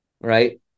right